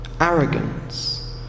arrogance